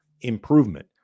improvement